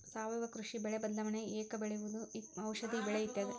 ಸಾವಯುವ ಕೃಷಿ, ಬೆಳೆ ಬದಲಾವಣೆ, ಏಕ ಬೆಳೆ ಬೆಳೆಯುವುದು, ಔಷದಿ ಬೆಳೆ ಇತ್ಯಾದಿ